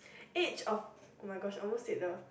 age of oh-my-gosh almost said the